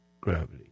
gravity